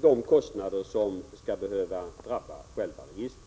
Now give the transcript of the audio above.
de kostnader som avser själva registret.